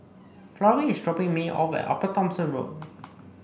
Florrie is dropping me off at Upper Thomson Road